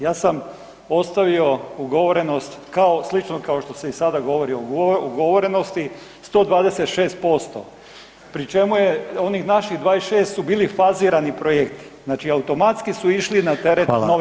Ja sam ostavio ugovorenost kao, slično kao što se i sada ugovori o ugovorenosti 126% pri čemu je onih naših 26 su bili fazirani projekti, znači automatski su išli na teret [[Upadica: Hvala, hvala lijepo.]] nove perspektive.